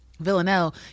Villanelle